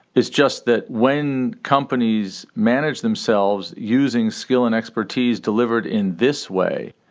it's just that when companies manage themselves using skill and expertise delivered in this way,